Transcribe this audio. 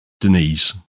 denise